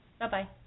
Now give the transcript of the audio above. Bye-bye